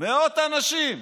מאות אנשים,